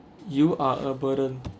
you are a burden